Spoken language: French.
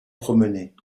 promener